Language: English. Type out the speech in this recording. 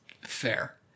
fair